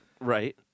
Right